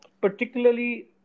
particularly